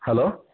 hello